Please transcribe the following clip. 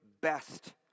best